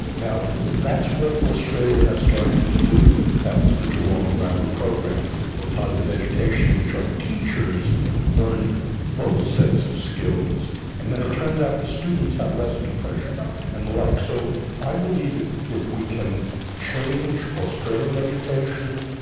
now that's what australia has started to do, that was the geelong grammar program of positive education in which our teachers learn both sets of skills and then it turns out the students have less depression and the like. so i believe if we can change australian education,